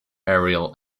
ariel